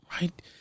right